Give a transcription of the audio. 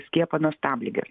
skiepą nuo stabligės